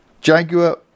Jaguar